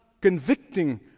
convicting